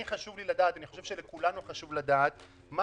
חשוב לי לדעת, אני חושב שלכולנו חשוב לדעת, מה